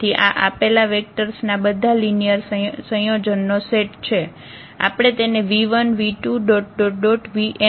તેથી આ આપેલા વેક્ટર્સ ના બધા લિનિયર સાંયોજનનો સેટ છે આપણે તેને 𝑣1 𝑣2 𝑣𝑛 નો સ્પાન કહીએ છીએ